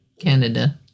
Canada